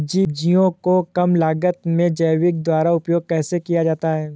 सब्जियों को कम लागत में जैविक खाद द्वारा उपयोग कैसे किया जाता है?